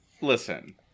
Listen